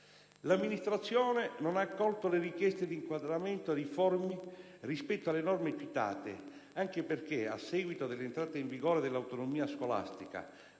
L'amministrazione non ha accolto le richieste di inquadramento difformi rispetto alle norme citate anche perché a seguito dell'entrata in vigore dell'autonomia scolastica,